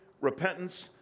repentance